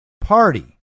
party